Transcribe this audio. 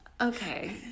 Okay